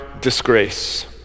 disgrace